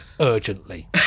urgently